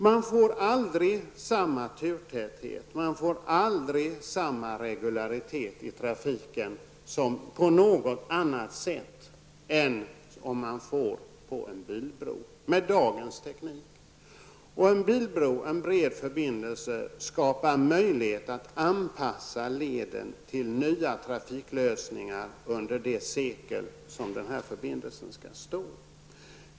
Man får med dagens teknik aldrig samma turtäthet och samma regularitet i trafiken på något annat sätt än genom en bilbro. En bilbro, en bred förbindelse, skapar möjlighet att anpassa leden till nya trafiklösningar under det sekel som denna förbindelse skall stå.